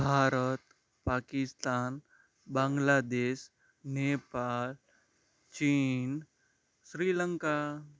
ભારત પાકિસ્તાન બાંગ્લાદેશ નેપાલ ચીન શ્રીલંકા